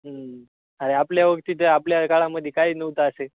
अरे आपल्या वक्तीत आपल्या काळामध्ये काही नव्हता असे